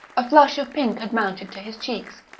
a flush of pink had mounted to his cheeks.